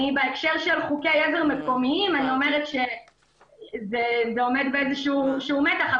בהקשר של חוקי עזר מקומיים אני אומרת שזה עומד באיזשהו מתח.